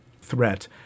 threat